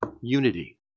unity